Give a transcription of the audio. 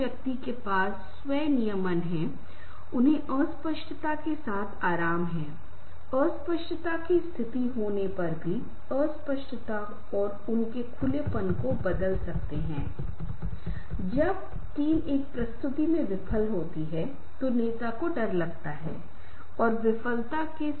यदि कोई समस्या है तो हमें पता होना चाहिए कि समस्या की पहचान कैसे करें यह बहुत ही महत्वपूर्ण है कई बार ऐसा होता है कि समस्याएं कहीं और होती हैं और लोग बहुत गहराई तक जाने में सक्षम नहीं होते हैं समस्या को पहचान नहीं पाते